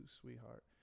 sweetheart